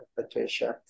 Patricia